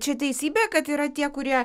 čia teisybė kad yra tie kurie